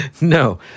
No